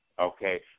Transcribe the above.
okay